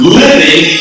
living